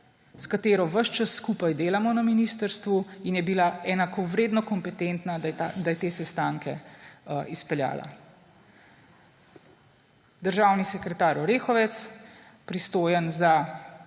s katero ves čas skupaj delamo na ministrstvu in je bila enakovredno kompetentna, da je te sestanke izpeljala: državni sekretar Orehovec, pristojen za